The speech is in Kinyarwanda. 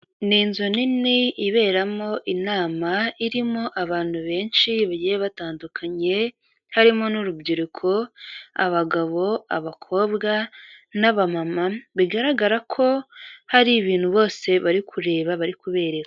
Ni inzu nini iberamo inama irimo abantu benshi bagiye batandukanye, harimo n'urubyiruko, abagabo, abakobwa n'abamama, bigaragara ko hari ibintu bose bari kureba, bari kubereka.